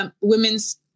women's